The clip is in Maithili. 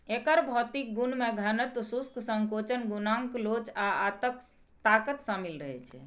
एकर भौतिक गुण मे घनत्व, शुष्क संकोचन गुणांक लोच आ ताकत शामिल रहै छै